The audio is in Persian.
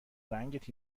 رنگت